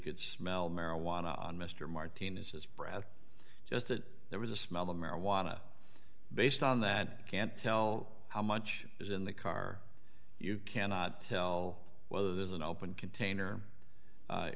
could smell marijuana on mr martinez his breath just that there was a smell of marijuana based on that can't tell how much is in the car you cannot tell whether there's an open container